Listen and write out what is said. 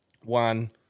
One